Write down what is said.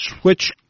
switch